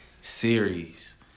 series